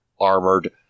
armored